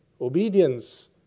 Obedience